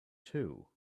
too